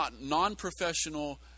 non-professional